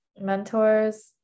mentors